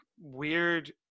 weird